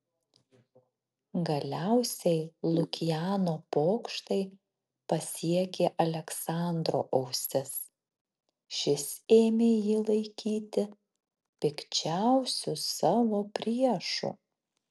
galiausiai lukiano pokštai pasiekė aleksandro ausis šis ėmė jį laikyti pikčiausiu savo priešu